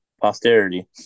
posterity